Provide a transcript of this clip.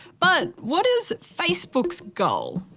but what is facebook's goal?